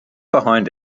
behind